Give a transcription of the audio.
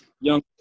Young